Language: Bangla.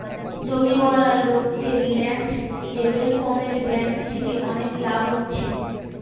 জমিওয়ালা লোকদের ল্যান্ড ডেভেলপমেন্ট বেঙ্ক থিকে অনেক লাভ হচ্ছে